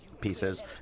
pieces